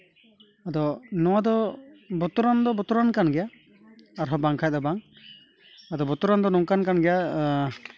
ᱟᱫᱚ ᱱᱚᱣᱟ ᱫᱚ ᱵᱚᱛᱚᱨᱟᱱ ᱫᱚ ᱵᱚᱛᱚᱨᱟᱱ ᱠᱟᱱ ᱜᱮᱭᱟ ᱟᱨᱦᱚ ᱵᱟᱝᱠᱷᱟᱡ ᱫᱚ ᱵᱟᱝ ᱟᱫᱚ ᱵᱚᱛᱚᱨᱟᱱ ᱫᱚ ᱱᱚᱝᱠᱟᱱ ᱠᱟᱱ ᱜᱮᱭᱟ